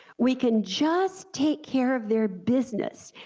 we can just take care of their business,